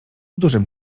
dużym